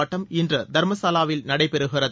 ஆட்டம் இன்று தர்மசாலாவில் நடைபெறுகிறது